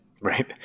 Right